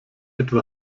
etwa